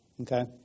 Okay